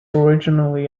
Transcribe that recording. originally